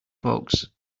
folks